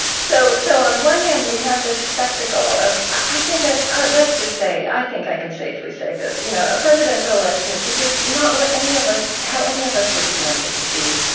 so, so, on the one hand, we have this spectacle of, i think, ah ah let's just say i think i can safely say this. you know a presidential election is which is not what any of us how any of us would want it to be,